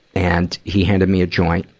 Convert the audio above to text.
and, he handed me a joint,